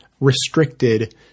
restricted